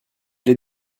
l’ai